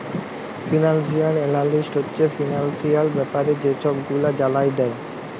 financial analyst হছে financial ব্যাপারে যে ছব গুলা জালায় দেই